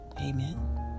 amen